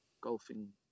golfing